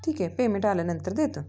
ठीक आहे पेमेट आल्यानंतर देतो